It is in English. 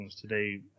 today